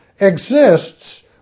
exists